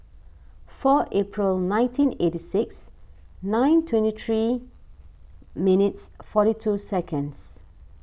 four April nineteen eighty six nine twenty three minutes forty two seconds